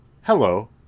Hello